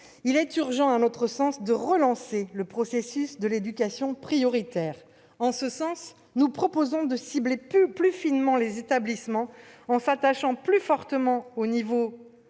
Il est urgent, à notre sens, de relancer le processus de l'éducation prioritaire. En ce sens, nous proposons de cibler plus finement les établissements, en s'attachant plus fortement au lieu